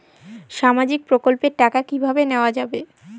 সামাজিক প্রকল্পের টাকা কিভাবে নেওয়া যাবে?